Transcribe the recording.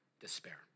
despair